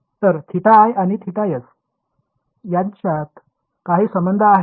तर θi आणि θs यांच्यात काही संबंध आहे का